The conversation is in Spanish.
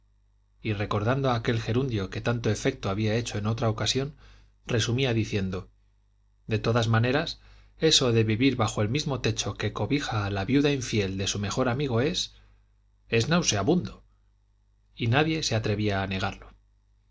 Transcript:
y recordando aquel gerundio que tanto efecto había hecho en otra ocasión resumía diciendo de todas maneras eso de vivir bajo el mismo techo que cobija a la viuda infiel de su mejor amigo es es nauseabundo y nadie se atrevía a negarlo